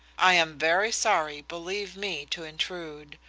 i am very sorry, believe me, to intrude.